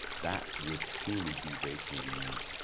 that would truly be vacating room.